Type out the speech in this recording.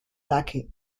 lacking